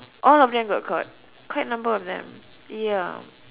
all of them got caught quite number of them ya